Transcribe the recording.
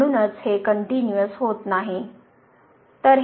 म्हणूनच हे कनटयूनीअस होत नाही